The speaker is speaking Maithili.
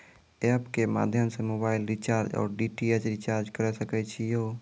एप के माध्यम से मोबाइल रिचार्ज ओर डी.टी.एच रिचार्ज करऽ सके छी यो?